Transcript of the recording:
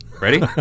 Ready